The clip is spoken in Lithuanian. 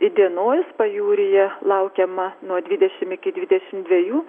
įdienojus pajūryje laukiama nuo dvidešim iki dvidešim dviejų